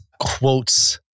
quotes